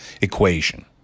equation